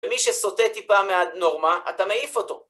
ומי שסוטה טיפה מהנורמה, אתה מעיף אותו.